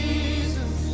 Jesus